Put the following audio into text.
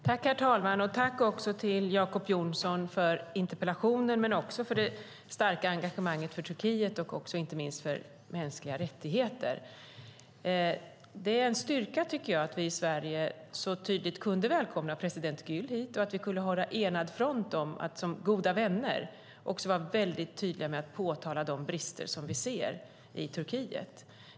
Herr talman! Tack, Jacob Johnson, för interpellationen men också för det starka engagemanget för Turkiet och inte minst för mänskliga rättigheter! Det är en styrka, tycker jag, att vi i Sverige så tydligt kunde välkomna president Gül hit och att vi kunde hålla enad front om att som goda vänner tydligt påtala de brister som vi ser i Turkiet.